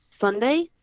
Sunday